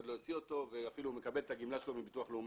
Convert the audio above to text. לא יוציא אותו ואפילו הוא מקבל את הגמלה שלו מהביטוח הלאומי,